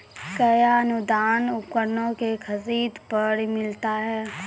कया अनुदान उपकरणों के खरीद पर मिलता है?